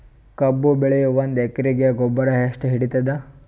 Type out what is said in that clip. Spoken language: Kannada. ಕಬ್ಬು ಬೆಳಿ ಒಂದ್ ಎಕರಿಗಿ ಗೊಬ್ಬರ ಎಷ್ಟು ಹಿಡೀತದ?